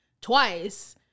twice